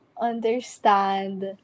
understand